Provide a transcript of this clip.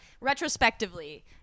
retrospectively